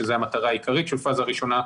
שזאת המטרה העיקרית של פאזה ראשונה,